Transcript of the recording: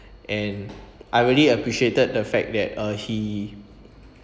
and I really appreciated the fact that uh he